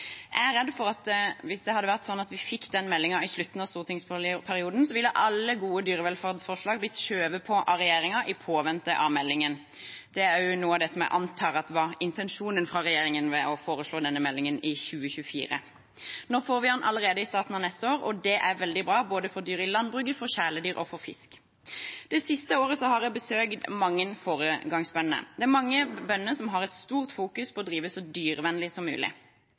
Hvis det hadde vært sånn at vi fikk den meldingen i slutten av stortingsperioden, er jeg redd for at alle gode dyrevelferdsforslag ville blitt skjøvet på av regjeringen i påvente av meldingen. Det er noe av det jeg antar var intensjonen fra regjeringen ved å foreslå denne meldingen i 2024. Nå får vi den allerede i starten av neste år, og det er veldig bra, både for dyr i landbruket, for kjæledyr og for fisk. Det siste året har jeg besøkt mange foregangsbønder. Det er mange bønder som fokuserer sterkt på å drive så dyrevennlig som mulig.